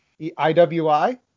IWI